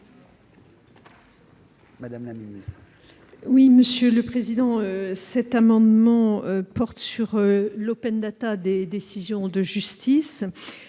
Mme la ministre.